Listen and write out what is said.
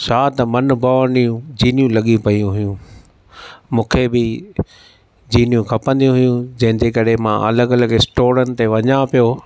छा त मनु भावनियूं जीनियूं लगी पई हुयूं मूंखे बि जीनियूं खपंदियूं हुयूं जंहिंजे करे मां अलॻि अलॻि स्टोरनि ते वञां पियो